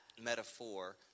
metaphor